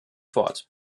fort